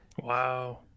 Wow